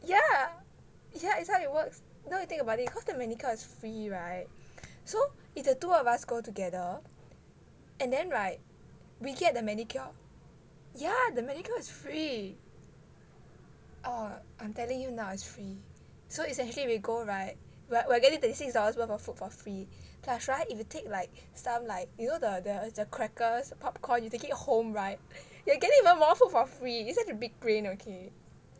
yeah yeah it's how it works now you think about it now the manicure it's free [right] so if the two of us go together and then [right] we get the manicure yeah the manicure is free oh I'm telling you now it's free so it's actually we go [right] we're we're getting thirty six dollars worth of food for free plus [right] if you take like stuff like you know the the crackers popcorn you take it home [right] you getting even more food for free it's such a big brain okay